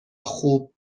خوب